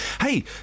Hey